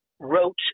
wrote